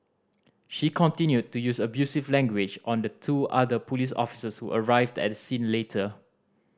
she continued to use abusive language on the two other police officers who arrived at the scene later